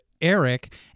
Eric